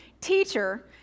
Teacher